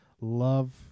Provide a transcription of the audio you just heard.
love